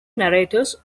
narrators